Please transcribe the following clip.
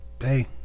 hey